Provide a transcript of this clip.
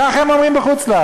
כך הם אומרים בחוץ-לארץ.